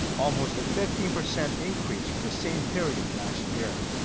almost a fifteen percent increase from the same period last year.